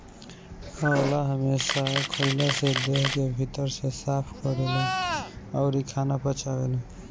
आंवला हमेशा खइला से देह के भीतर से साफ़ करेला अउरी खाना पचावेला